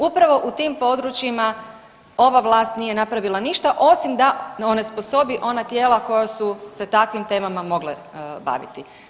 Upravo u tim područjima ova vlast nije napravila ništa osim da onesposobi ona tijela koja su se takvim temama mogle baviti.